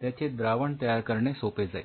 त्याचे द्रावण तयार करणे सोपे जाईल